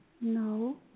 No